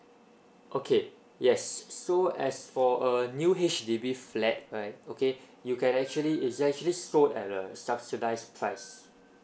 okay yes so as for a new H_D_B flat right okay you can actually it is actually sold at a subsidised price